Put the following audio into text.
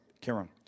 Karen